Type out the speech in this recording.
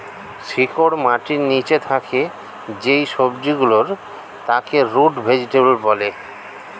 শিকড় মাটির নিচে থাকে যেই সবজি গুলোর তাকে রুট ভেজিটেবল বলে